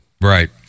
Right